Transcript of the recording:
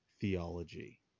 theology